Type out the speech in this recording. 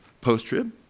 post-trib